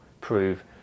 prove